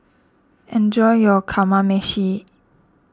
enjoy your Kamameshi